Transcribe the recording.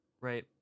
right